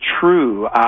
true